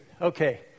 okay